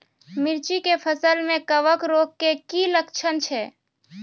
मिर्ची के फसल मे कवक रोग के की लक्छण छै?